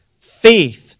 faith